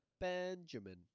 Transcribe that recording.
Benjamin